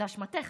זו אשמתך.